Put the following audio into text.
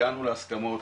הגענו להסכמות.